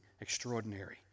extraordinary